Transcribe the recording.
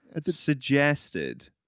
suggested